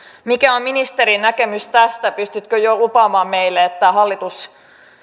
mikä on ministerin näkemys tästä pystytkö jo lupaamaan meille että hallitus